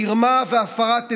מרמה והפרת אמונים.